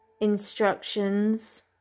instructions